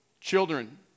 children